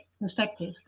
perspective